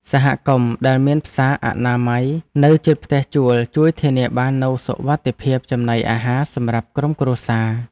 សហគមន៍ដែលមានផ្សារអនាម័យនៅជិតផ្ទះជួលជួយធានាបាននូវសុវត្ថិភាពចំណីអាហារសម្រាប់ក្រុមគ្រួសារ។